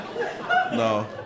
No